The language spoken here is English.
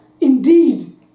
indeed